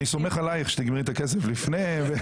אני סומך עליך שתגמרי את הכסף לפני.